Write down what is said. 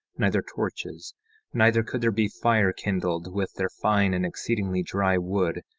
neither torches neither could there be fire kindled with their fine and exceedingly dry wood,